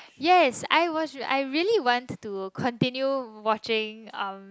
yes I was I really want to continue watching um